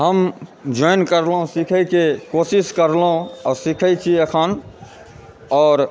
हम ज्वाइन करलहुँ सिखयकेँ कोशिश करलहुँ आओर सिखै छी एखन आओर